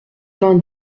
vingt